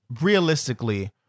realistically